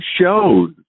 shows